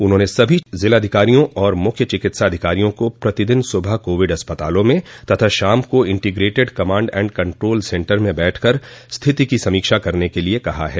उन्होंने सभी जिलाधिकारियों और मुख्य चिकित्साधिकारियों को प्रतिदिन सुबह कोविड अस्पतालों में तथा शाम को integrated command and control centre में बैठक कर स्थिति की समीक्षा करने के लिए कहा है